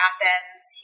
Athens